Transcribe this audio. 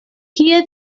kie